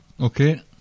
okay